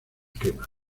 crema